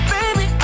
Baby